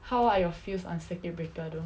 how are your feels on circuit breaker though